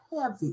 heavy